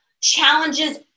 challenges